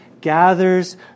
gathers